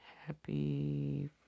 Happy